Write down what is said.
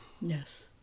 Yes